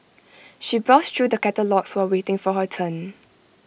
she browsed through the catalogues while waiting for her turn